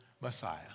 Messiah